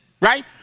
right